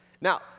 Now